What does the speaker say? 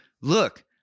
look